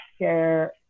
share